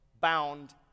bound